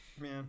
Man